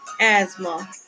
asthma